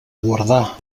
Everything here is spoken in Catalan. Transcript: guardar